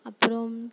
அப்புறம்